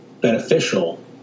beneficial